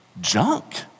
junk